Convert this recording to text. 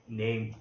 name